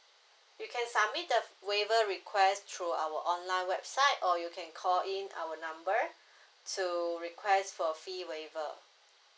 you can submit the waiver request through our online website or you can call in our number to request for fee waiver